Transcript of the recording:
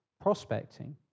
prospecting